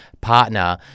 partner